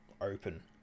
open